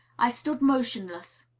i stood motionless.